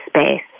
space